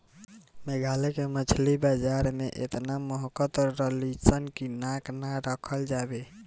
मेघालय के मछली बाजार में एतना महकत रलीसन की नाक ना राखल जाओ